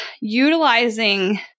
utilizing